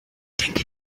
denke